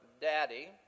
daddy